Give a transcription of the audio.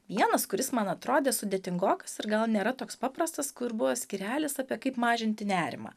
vienas kuris man atrodė sudėtingokas ir gal nėra toks paprastas kur buvo skyrelis apie kaip mažinti nerimą